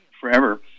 forever